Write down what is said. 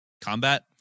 combat